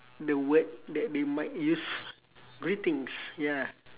the word that they might use greetings ya